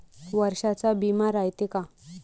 वर्षाचा बिमा रायते का?